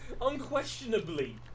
unquestionably